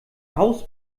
haus